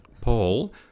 Paul